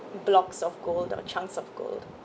blocks of gold or chunks of gold